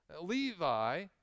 Levi